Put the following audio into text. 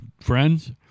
Friends